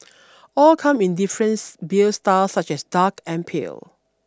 all come in difference beer styles such as dark and pale